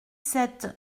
sept